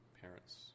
parents